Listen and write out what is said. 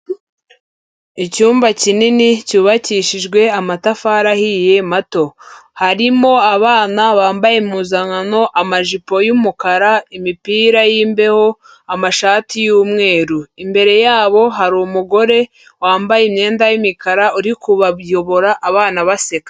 Icyumba kinini cyubakishijwe amatafari ahiye mato, harimo abana bambaye impuzankano amajipo y'umukara, imipira y'imbeho amashati y'umweru, imbere yabo hari umugore wambaye imyenda y'imikara uri kubabyobora abana baseka.